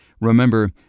Remember